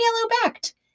yellow-backed